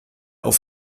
auf